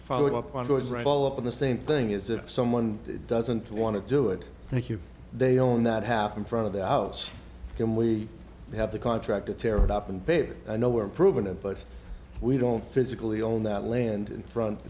follow up on all of the same thing is if someone doesn't want to do it thank you they own that half in front of the house and we have the contract to tear up and baby i know we're proven it but we don't physically own that land in front